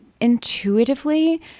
intuitively